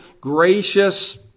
gracious